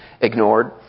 ignored